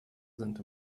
sind